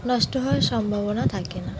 নষ্ট হওয়ার সম্ভাবনা থাকে না